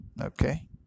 Okay